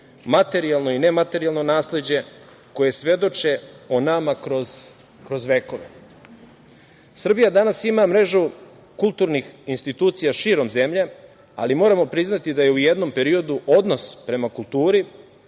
materijalno i ne materijalno nasleđe koje svedoče o nama kroz vekove. Srbija danas ima mrežu kulturnih institucija širom zemlje, ali moramo priznati da je u jednom periodu odnos prema kulturi,